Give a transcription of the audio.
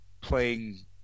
playing